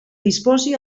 disposi